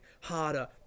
harder